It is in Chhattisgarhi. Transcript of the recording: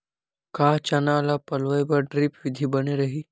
का चना ल पलोय बर ड्रिप विधी बने रही?